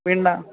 വീടിൻ്റെ